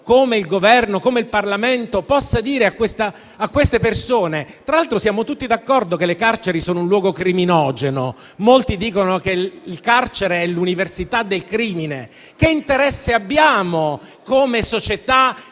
come il Governo e come il Parlamento possano dirlo a queste persone. Tra l'altro, siamo tutti d'accordo che le carceri sono un luogo criminogeno. Molti dicono che il carcere sia l'università del crimine. Che interesse abbiamo, come società,